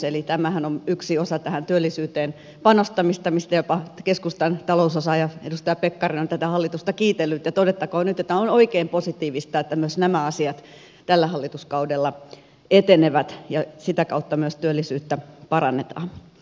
eli tämähän on yksi osa tähän työllisyyteen panostamista mistä jopa keskustan talousosaaja edustaja pekkarinen on tätä hallitusta kiitellyt ja todettakoon nyt että on oikein positiivista että myös nämä asiat tällä hallituskaudella etenevät ja sitä kautta myös työllisyyttä parannetaan